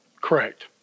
Correct